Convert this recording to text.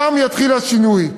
שם יתחיל השינוי.